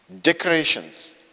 decorations